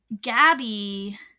Gabby